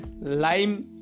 lime